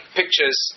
pictures